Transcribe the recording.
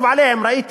ראיתי